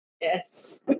Yes